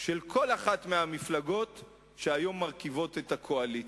של כל אחת מהמפלגות שהיום מרכיבות את הקואליציה.